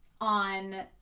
on